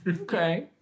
Okay